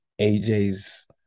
AJ's